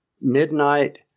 Midnight